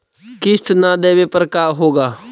किस्त न देबे पर का होगा?